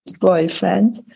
boyfriend